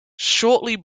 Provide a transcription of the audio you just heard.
shortly